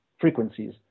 frequencies